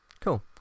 cool